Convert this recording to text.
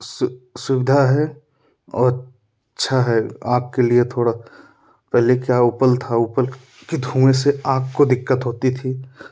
सुविधा है और अच्छा है आपके लिए थोड़ा पहले क्या ओपल था ओपल के धुँए से आँख को दिक्कत होती थी